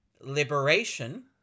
liberation